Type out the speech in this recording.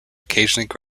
occasionally